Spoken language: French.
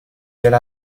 elle